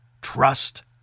Trust